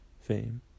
fame